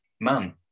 man